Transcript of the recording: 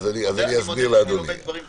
אני מודה שאני לומד דברים חדשים.